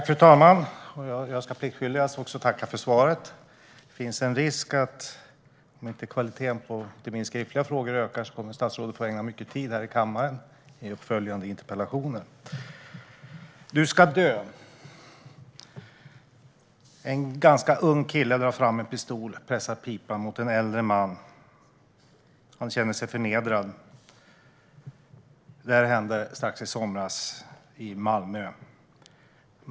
Fru talman! Jag ska pliktskyldigast tacka för svaret. Om inte kvaliteten på svaren på skriftliga frågor ökar kommer statsrådet att få ägna mycket tid här i kammaren åt uppföljande interpellationer. "Du ska dö!" En ganska ung kille drar fram en pistol och pressar pipan mot en äldre man. Han känner sig förnedrad. Detta hände i somras i Malmö.